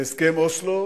בהסכם אוסלו